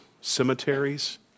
cemeteries